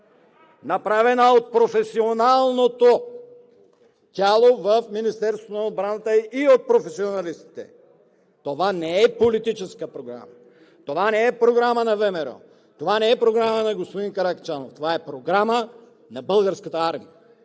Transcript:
направена от професионалното тяло в Министерството на отбраната и от професионалистите.“ Това не е политическа програма, това не е програма на ВМРО, това не е програма на господин Каракачанов, това е програма на Българската армия.